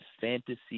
fantasy